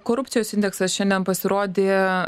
korupcijos indeksas šiandien pasirodė